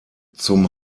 zum